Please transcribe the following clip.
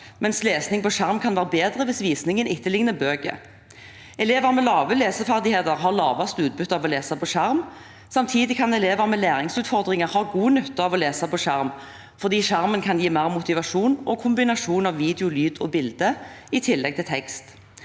men lesing på skjerm kan være bedre hvis visningen etterligner bøker. Elever med lave leseferdigheter har lavest utbytte av å lese på skjerm. Samtidig kan elever med læringsutfordringer ha god nytte av å lese på skjerm fordi skjermen kan gi mer motivasjon og en kombinasjon av video, lyd og bilder i tillegg til tekst.